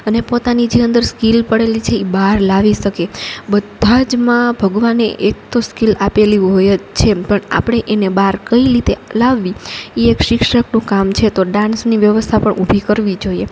અને પોતાની જે અંદર સ્કિલ પડેલી છે એ બહાર લાવી શકે બધાજમાં ભગવાને એક તો સ્કિલ આપેલી હોય જ છે એમ પણ આપણે એને બહાર કઈ રીતે લાવવી એ એક શિક્ષકનું કામ છે તો ડાન્સની વ્યવસ્થા પણ ઊભી કરવી જોઈએ